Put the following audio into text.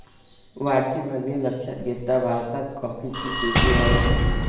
वाढती मागणी लक्षात घेता भारतात कॉफीची शेती वाढत आहे